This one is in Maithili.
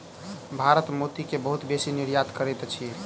भारत मोती के बहुत बेसी निर्यात करैत अछि